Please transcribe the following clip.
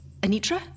Anitra